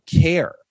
care